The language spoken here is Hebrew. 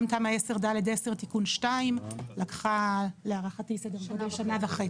גם תמ"א/10/ד/10 תיקון 2 לקחה להערכתי סדר גודל של שנה וחצי.